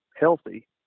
healthy